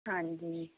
ਹਾਂਜੀ